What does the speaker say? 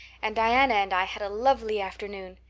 and diana and i had a lovely afternoon.